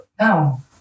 no